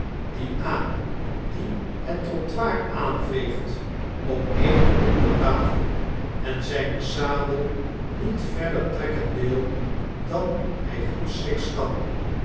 dien aap die het trottoir aanveegt op eene ronde tafel en zyne sabel niet verder trekken wil dan hy goedschiks kan